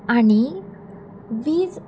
आनी वीज